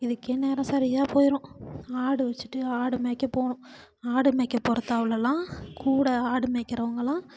இதுக்கே நேரம் சரியாக போயிடும் ஆடு வச்சுட்டு ஆடு மேய்க்க போகணும் ஆடு மேய்க்க போகிற தவலைலாம் கூட ஆடு மேய்கிறவங்களும்